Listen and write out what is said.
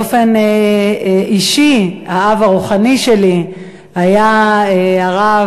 באופן אישי, האב הרוחני שלי היה הרב,